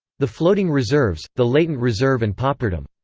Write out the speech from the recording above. the floating reserves, the latent reserve and pauperdom.